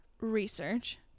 research